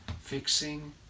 fixing